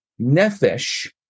Nefesh